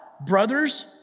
brothers